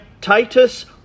Titus